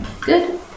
Good